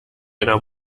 einer